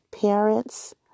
parents